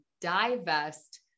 divest